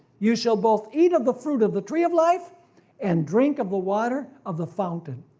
you shall both eat of the fruit of the tree of life and drink of the water of the fountain.